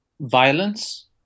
violence